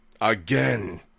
again